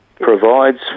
provides